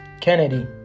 kennedy